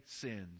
sins